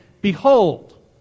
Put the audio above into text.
Behold